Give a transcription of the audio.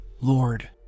Lord